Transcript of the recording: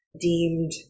deemed